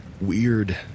weird